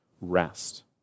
rest